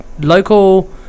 local